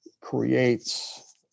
creates